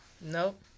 Nope